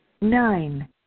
Nine